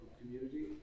community